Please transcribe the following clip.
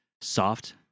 soft